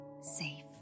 safe